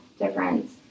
difference